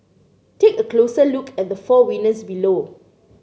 take a closer look at the four winners below